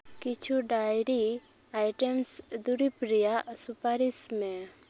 ᱠᱤᱪᱷᱩ dairy items ᱫᱩᱨᱤᱵᱽ ᱨᱮᱭᱟᱜ ᱥᱩᱯᱟᱨᱤᱥ ᱢᱮ